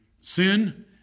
Sin